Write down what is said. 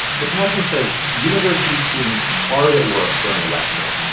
the caption says, university students hard at work during a lecture.